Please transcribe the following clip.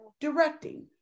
directing